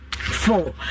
Four